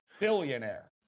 Billionaire